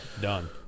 Done